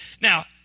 Now